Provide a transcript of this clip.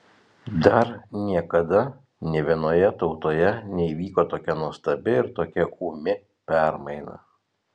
dar niekada nė vienoje tautoje neįvyko tokia nuostabi ir tokia ūmi permaina